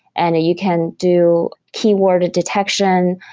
and you can do keyword detection.